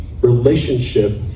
relationship